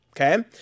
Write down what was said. okay